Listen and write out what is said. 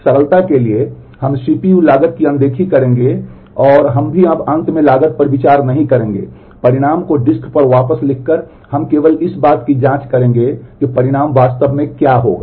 सरलता के लिए हम सीपीयू लागत की अनदेखी करेंगे और हम भी अब अंत में लागत पर विचार नहीं करेंगे परिणाम को डिस्क पर वापस लिखकर हम केवल इस बात की जांच करेंगे कि परिणाम वास्तव में क्या होगा